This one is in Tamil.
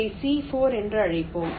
இதை C 4 என்று அழைப்போம்